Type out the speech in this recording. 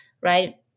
right